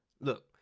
Look